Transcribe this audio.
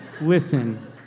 listen